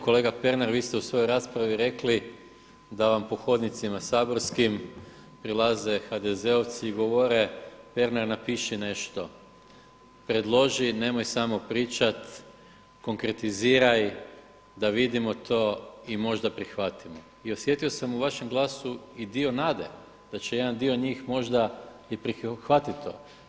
Kolega Pernar vi ste u svojoj raspravi rekli da vam po hodnicima saborskim prilaze HDZ-ovci govore Pernar napiši nešto, predloži nemoj samo pričat konkretiziraj da vidimo to i možda prihvatimo i osjetio sam u vašem glasu i dio nade da će jedan dio njih možda i prihvatiti to.